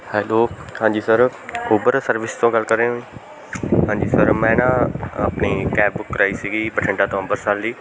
hello ਹਾਂਜੀ sir Uber service ਤੋਂ ਗੱਲ ਕਰ ਰਹੇ ਹੋ ਹਾਂਜੀ ਸਰ ਮੈਂ ਨਾ ਆਪਣੀ ਕੈਬ ਬੁੱਕ ਕਰਵਾਈ ਸੀਗੀ ਬਠਿੰਡਾ ਤੋਂ ਅੰਮ੍ਰਿਤਸਰ ਲਈ